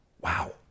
Wow